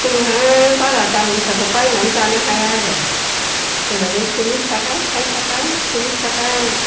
जोंहा बारा दाम गोसाखौ बायनानै जानो हाया आरो जोंना बे सललिस थाखा साइद थाखा सललिस थाखा